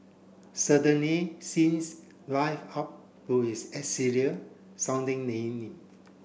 certainly seems live up to its elixir sounding name